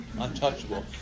Untouchable